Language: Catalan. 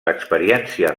experiències